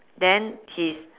then his